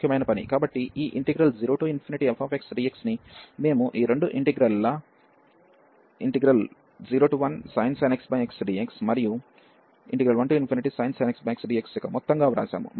కాబట్టి ఈ 0fxdx ని మేము ఈ రెండు ఇంటిగ్రల్ ల 01sin x xdx మరియు 1sin x xdx యొక్క మొత్తంగా వ్రాసాము